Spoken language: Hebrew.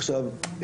עכשיו,